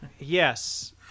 Yes